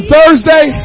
Thursday